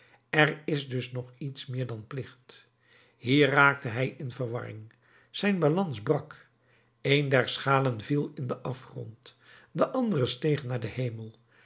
er is dus nog iets meer dan plicht hier geraakte hij in verwarring zijn balans brak een der schalen viel in den afgrond de andere steeg naar den hemel